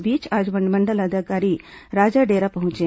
इस बीच आज वनमंडल अधिकारी राजाडेरा पहुंचे